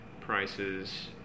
prices